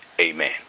amen